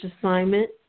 assignment